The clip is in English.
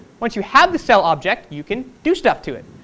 once you have the cell object you can do stuff to it.